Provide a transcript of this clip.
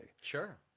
Sure